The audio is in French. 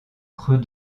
creux